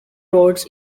roads